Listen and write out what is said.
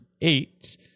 eight